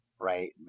right